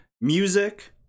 music